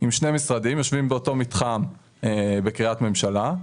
אם שני משרדים יושבים באותו מתחם בקריית ממשלה,